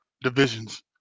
divisions